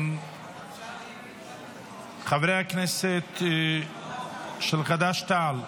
חברי הכנסת של חד"ש-תע"ל,